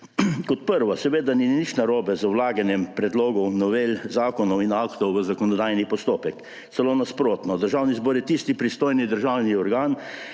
Kot prvo, seveda ni nič narobe z vlaganjem predlogov, novel zakonov in aktov v zakonodajni postopek. Celo nasprotno, Državni zbor je tisti pristojni državni organ,